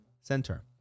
Center